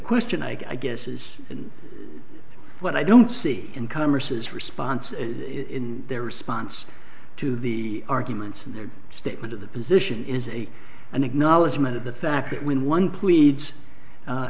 question i guess is and what i don't see in commerce is response in their response to the arguments in their statement of the position is a an acknowledgment of the fact that when one pleads